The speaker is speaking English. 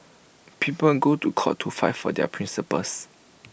people on go to court to fight for their principles